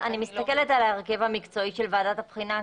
אני כן עוקבת על ההרכב המקצועי של ועדת הבחינה,